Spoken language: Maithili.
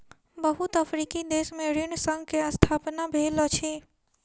बहुत अफ्रीकी देश में ऋण संघ के स्थापना भेल अछि